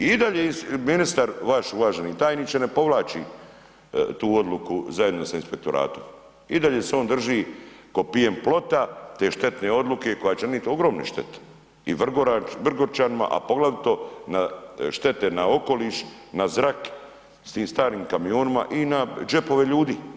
I i dalje ministar vaš, uvaženi tajniče ne povlači tu odluku zajedno sa inspektoratom, i dalje se on drži ko pijan plota te štetne odluke koja će donijet ogromne štete i Vrgorčanima a poglavito na štete na okoliš, na zrak s tim starim kamionima i na džepove ljudi.